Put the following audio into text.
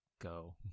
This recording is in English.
go